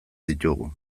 ditugu